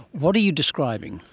what are you describing?